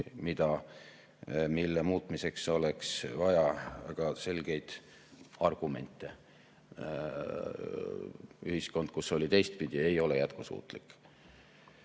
mille muutmiseks oleks vaja väga selgeid argumente. Ühiskond, kus on teistpidi, ei ole jätkusuutlik.